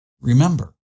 Remember